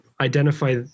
identify